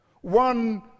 one